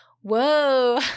whoa